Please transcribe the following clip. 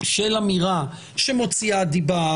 של אמירה שמוציאה דיבה,